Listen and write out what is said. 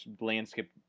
landscape